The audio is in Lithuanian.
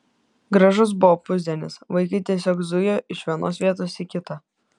gražus buvo pusdienis vaikai tiesiog zujo iš vienos vietos į kitą